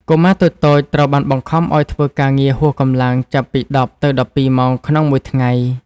កុមារតូចៗត្រូវបានបង្ខំឱ្យធ្វើការងារហួសកម្លាំងចាប់ពី ១០ ទៅ ១២ ម៉ោងក្នុងមួយថ្ងៃ។